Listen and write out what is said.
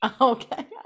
okay